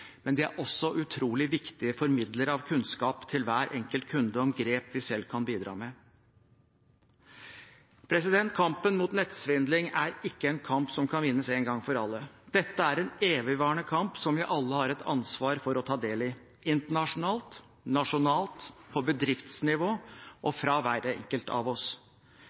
men de er også utrolig viktige formidlere av kunnskap til hver enkelt kunde om grep vi selv kan bidra med. Kampen mot nettsvindling er ikke en kamp som kan vinnes en gang for alle. Dette er en evigvarende kamp som vi alle har et ansvar for å ta del i – internasjonalt, nasjonalt, på bedriftsnivå og